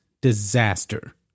disaster